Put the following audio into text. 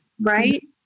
right